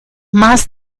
más